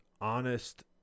honest